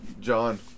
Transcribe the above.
John